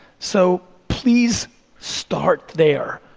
so, please start there,